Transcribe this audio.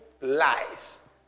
lies